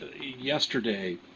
yesterday